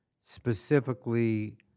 specifically